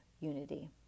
unity